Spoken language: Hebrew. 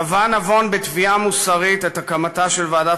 תבע נבון בתביעה מוסרית את הקמתה של ועדת